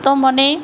તો મને